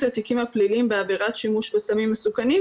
התיקים הפליליים בעבירת שימוש בסמים מסוכנים,